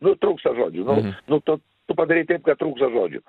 nu trūksta žodžių nu nu tu tu padarei taip kad trūksta žodžių